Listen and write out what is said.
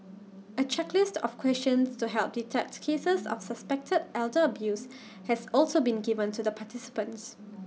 A checklist of questions to help detect cases of suspected elder abuse has also been given to the participants